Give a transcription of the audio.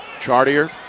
Chartier